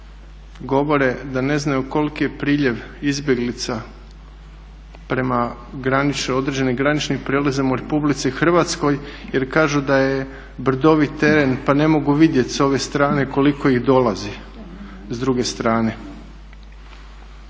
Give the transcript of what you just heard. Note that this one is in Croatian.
govore da ne znaju koliki je priljev izbjeglica prema određenim graničnim prijelazima u RH jer kažu da je brdovit teren pa ne mogu vidjet s ove strane koliko ih dolazi s druge strane.